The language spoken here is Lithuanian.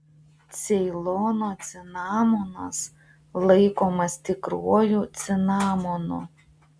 ceilono cinamonas laikomas tikruoju cinamonu